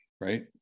right